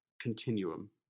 continuum